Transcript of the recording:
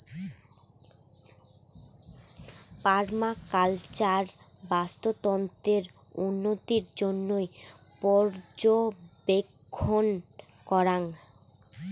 permaculture বাস্তুতন্ত্রের উন্নতির জইন্যে পর্যবেক্ষণ করাং